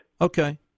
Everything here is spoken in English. Okay